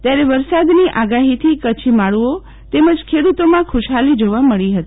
ત્યારે વરસાદની આગાફીથી કચ્છી માડુઓ તેમજ ખેડુતોમાં ખુશહાલી જોવા મળી હતી